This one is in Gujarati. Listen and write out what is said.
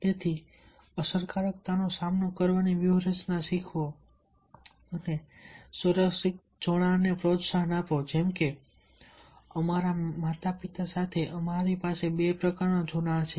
તેથી અસરકારક સામનો કરવાની વ્યૂહરચના શીખવો અને સુરક્ષિત જોડાણને પ્રોત્સાહન આપો જેમકે અમારા માતાપિતા સાથે અમારી પાસે બે પ્રકારના જોડાણ છે